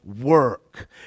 work